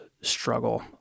struggle